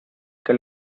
que